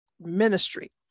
ministry